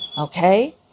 okay